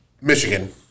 Michigan